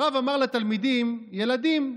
הרב אמר לתלמידים: ילדים,